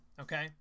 Okay